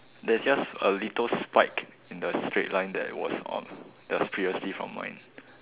there's just a little spike in the straight line that was on that's previously from mine